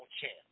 chance